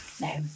no